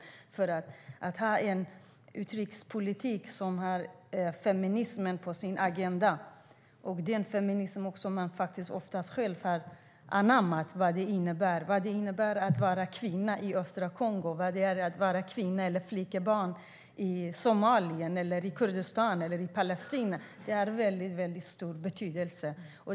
Det är viktigt med en utrikespolitik som har feminismen på sin agenda, en feminism som man själv har anammat. Man vet vad det innebär att vara kvinna i östra Kongo, vad det innebär att vara kvinna eller ett flickebarn i Somalia, i Kurdistan och i Palestina. Det har stor betydelse.